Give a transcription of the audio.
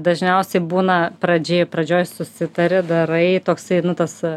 dažniausiai būna pradžia pradžioj susitari darai toksai nu tas